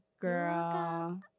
girl